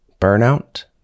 burnout